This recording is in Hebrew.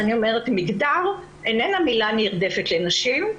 מגדר איננה מילה נרדפת לנשים.